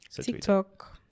TikTok